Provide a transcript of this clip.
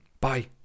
Bye